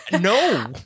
No